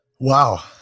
Wow